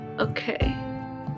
Okay